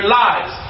lives